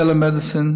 טלמדיסין,